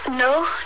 No